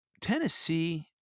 Tennessee